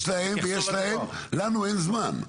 יש להם ויש להם - לנו אין זמן.